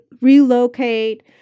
relocate